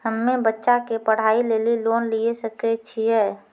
हम्मे बच्चा के पढ़ाई लेली लोन लिये सकय छियै?